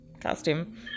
costume